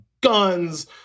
guns